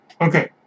okay